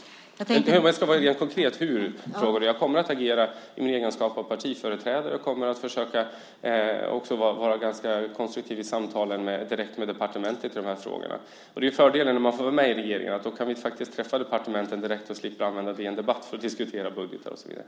Det konkreta svaret på frågan hur jag kommer att agera är att jag kommer att agera i min egenskap av partiföreträdare. Jag kommer också att försöka vara ganska konstruktiv i samtalen direkt med departementet i de här frågorna. Fördelen när vi är i regeringsställning är att vi faktiskt kan träffa departementen direkt och slipper använda DN Debatt för att diskutera budgetar och så vidare.